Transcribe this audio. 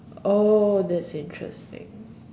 oh that's interesting